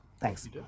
Thanks